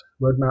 roadmap